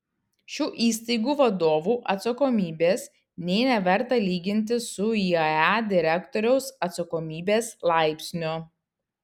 šių įstaigų vadovų atsakomybės nė neverta lyginti su iae direktoriaus atsakomybės laipsniu